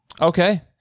Okay